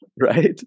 Right